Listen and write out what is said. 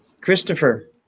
Christopher